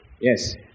Yes